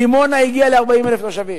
דימונה הגיעה ל-40,000 תושבים.